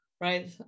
right